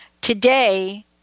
Today